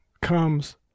comes